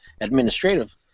administrative